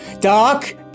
Doc